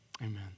amen